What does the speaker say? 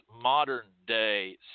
modern-day